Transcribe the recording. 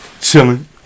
chilling